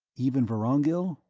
even vorongil?